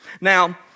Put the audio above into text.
Now